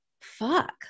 fuck